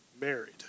married